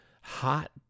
Hot